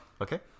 Okay